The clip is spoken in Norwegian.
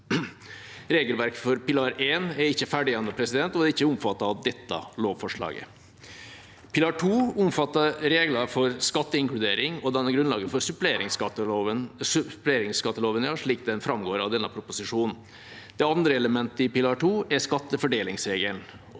Regelverket for pilar 1 er ikke ferdig ennå og er ikke omfattet av dette lovforslaget. Pilar 2 omfatter regler for skatteinkludering og danner grunnlaget for suppleringsskatteloven slik den framgår av denne proposisjonen. Det andre elementet i pilar 2 er skattefordelingsregelen.